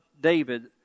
David